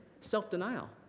Self-denial